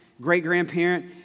great-grandparent